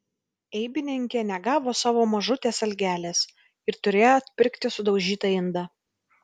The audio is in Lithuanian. eibininkė negavo savo mažutės algelės ir turėjo atpirkti sudaužytą indą